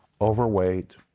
overweight